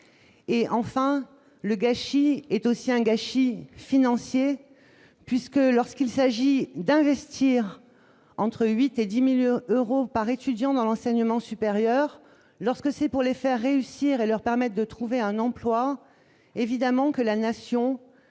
et enfin le gâchis est aussi un gâchis financier puisque lorsqu'il s'agit d'investir entre 8 et 10000 euros par étudiant dans l'enseignement supérieur lorsque ces pour les faire réussir et leur permettent de trouver un emploi, évidemment que la nation